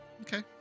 okay